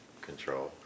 control